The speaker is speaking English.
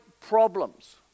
problems